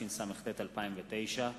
התשס”ט 2009,